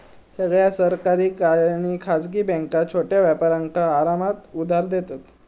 सगळ्या सरकारी आणि खासगी बॅन्का छोट्या व्यापारांका आरामात उधार देतत